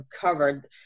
covered